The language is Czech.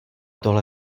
tohle